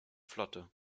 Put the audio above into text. flotte